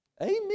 Amen